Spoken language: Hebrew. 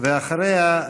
ואחריה,